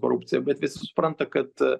korupcija bet visi supranta kad